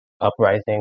uprising